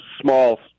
small